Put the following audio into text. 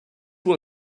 will